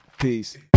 Peace